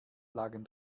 lagen